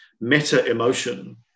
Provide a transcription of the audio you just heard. meta-emotion